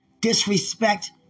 disrespect